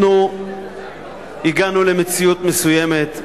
אנחנו הגענו למציאות מסוימת.